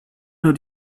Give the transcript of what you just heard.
nur